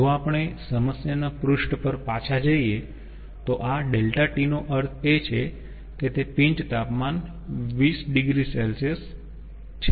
જો આપણે સમસ્યાના પૃષ્ઠ પર પાછા જઈએ તો આ ΔT નો અર્થ એ છે કે તે પિન્ચ તાપમાન 20 oC છે